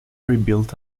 rebuilt